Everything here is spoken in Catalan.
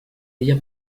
ella